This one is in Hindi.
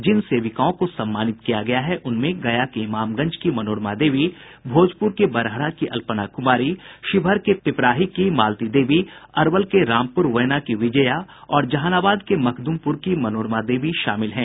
जिन सेविकाओं को सम्मानित किया गया है उनमें गया के इमामगंज की मनोरमा देवी भोजपुर के बरहरा की अल्पना कुमारी शिवहर के पिपराही की मालती देवी अरवल के रामपुर वैना की विजया और जहानाबाद के मखदुमपुर की मनोरमा देवी शामिल हैं